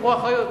ייקחו אחריות.